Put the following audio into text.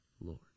Lord